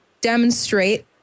demonstrate